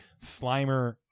Slimer